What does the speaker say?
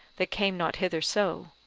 that came not hither so